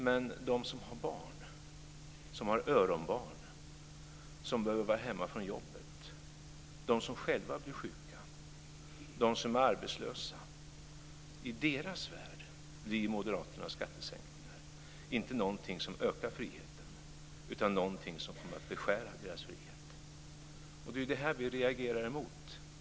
Men för dem som har öronbarn och som behöver vara hemma från jobbet, för dem som själva blir sjuka och för dem som är arbetslösa - i deras värld - blir moderaternas skattesänkningar inte någonting som ökar friheten utan någonting som kommer att beskära friheten. Det är detta vi reagerar emot.